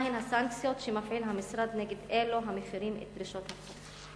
מהן הסנקציות שמפעיל המשרד נגד אלו המפירים את דרישות החוק?